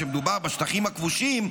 כשמדובר בשטחים הכבושים,